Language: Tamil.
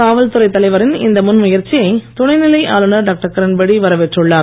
காவல் துறை தலைவரின் இந்த முன் முயற்சியை துணைநிலை ஆளுநர் டாக்டர் கிரண்பேடி வரவேற்றுள்ளார்